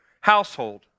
household